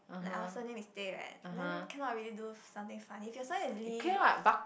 like our surname is Tay right then cannot really do something funny if your surname is Lee